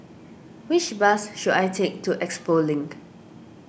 which bus should I take to Expo Link